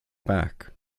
back